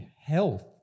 Health